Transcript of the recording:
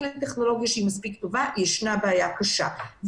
לטכנולוגיה מספיק טובה אז ישנה בעיה קשה.